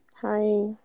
hi